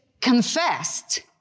confessed